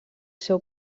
seu